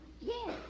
Yes